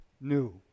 new